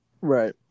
Right